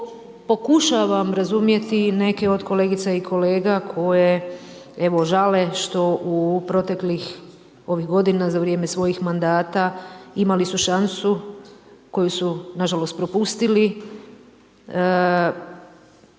pokušavam razumjeti neke od kolegica i kolega koje evo žale što u proteklih ovih godina za vrijeme svojih mandata, imali su šansu koju su nažalost propustili,